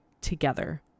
together